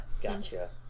gotcha